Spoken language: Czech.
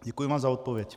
Děkuji vám za odpověď.